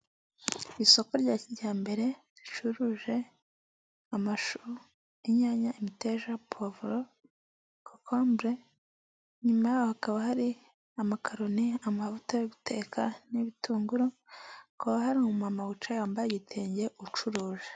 Isoko rya kijyambere ricuruje amashu, inyanya, imiteja, povro, cocombre. Nyuma hakaba hari amakaroni, amavuta yo guteka n'ibitunguru Kuba hari umumama wicaye yambaye ibitenge ucuruje.